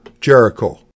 Jericho